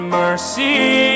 mercy